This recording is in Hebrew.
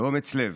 באומץ לב,